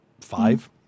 five